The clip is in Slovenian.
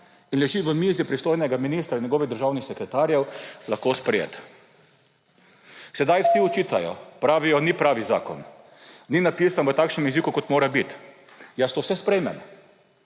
in leži na mizi pristojnega ministra in njegovih državnih sekretarjev, sprejet. Sedaj vsi očitajo, pravijo, da ni pravi zakon, ni napisan v takšnem jeziku, kot mora biti. Jaz to vse sprejmem.